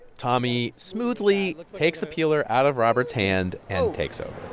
tommy smoothly takes the peeler out of robert's hand and takes over